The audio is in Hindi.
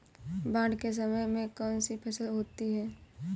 बाढ़ के समय में कौन सी फसल होती है?